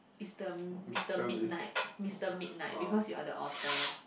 is the Mister Midnight Mister Midnight because you are the author